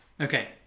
Okay